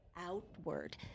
outward